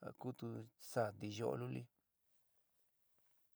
ja kutu saá tiyó'ó luli.